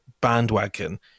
bandwagon